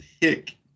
pick